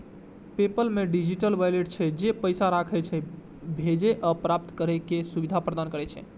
PayPal मे digital wallet छै, जे पैसा राखै, भेजै आ प्राप्त करै के सुविधा प्रदान करै छै